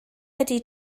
ydy